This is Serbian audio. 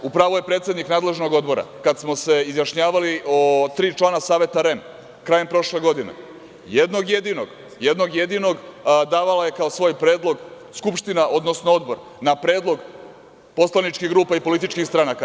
U pravu je predsednik nadležnog odbora, kada smo se izjašnjavali o tri člana Saveta REM krajem prošle godine, jednog jedinog davala je kao svoj predlog Skupština, odnosno odbor na predlog poslaničkih grupa i političkih stranaka.